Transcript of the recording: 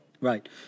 right